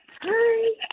Hi